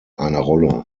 rolle